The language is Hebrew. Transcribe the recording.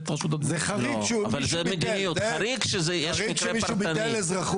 לעשות כדי לדקור את הצורך האמיתי.